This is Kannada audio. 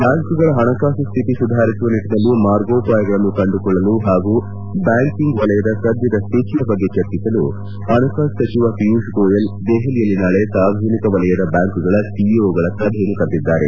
ಬ್ಲಾಂಕ್ಗಳ ಹಣಕಾಸು ಸ್ಹಿತಿ ಸುಧಾರಿಸುವ ನಿಟ್ಟನಲ್ಲಿ ಮಾರ್ಗೋಪಾಯಗಳನ್ನು ಕಂಡುಕೊಳ್ಳಲು ಹಾಗೂ ಬ್ಲಾಂಕಿಂಗ್ ವಲಯದ ಸದ್ಭದ ಸ್ವಿತಿಯ ಬಗ್ಗೆ ಚರ್ಚಿಸಲು ಹಣಕಾಸು ಸಚಿವ ಪಿಯೂಷ್ ಗೋಯಲ್ ದೆಹಲಿಯಲ್ಲಿ ನಾಳೆ ಸಾರ್ವಜನಿಕ ವಲಯದ ಬ್ಯಾಂಕ್ಗಳ ಸಿಇಒಗಳ ಸಭೆಯನ್ನು ಕರೆದಿದ್ದಾರೆ